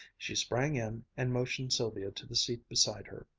she sprang in and motioned sylvia to the seat beside her.